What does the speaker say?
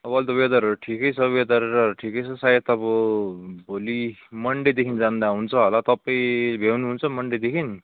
अब अहिले त वेदरहरू ठिकै छ वेदर र ठिकै छ सायद अब भोलि मन्डेदेखि जाँदा हुन्छ होला तपाईँ भ्याउनु हुन्छ मन्डेदेखि